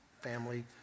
family